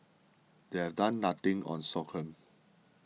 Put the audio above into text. they're done nothing on sorghum